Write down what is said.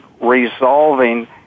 resolving